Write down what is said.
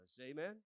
Amen